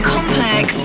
Complex